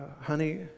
honey